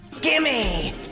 Gimme